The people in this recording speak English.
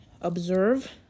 Observe